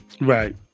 Right